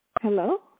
Hello